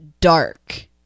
dark